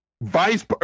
Vice